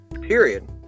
Period